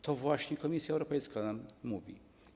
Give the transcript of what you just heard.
To właśnie Komisja Europejska nam mówi.